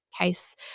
case